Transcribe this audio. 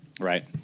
Right